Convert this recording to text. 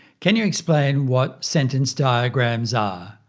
can you explain what sentence diagrams are?